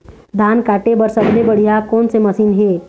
धान काटे बर सबले बढ़िया कोन से मशीन हे?